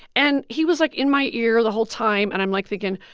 and he was, like, in my ear the whole time. and i'm, like, thinking,